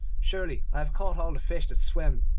surely i have caught all the fish that swim,